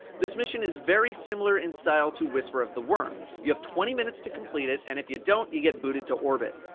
this mission is very similar in style to whisper of the worm you have twenty minutes to complete it and if you don't, you get booted to orbit.